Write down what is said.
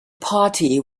party